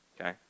Okay